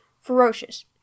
Ferocious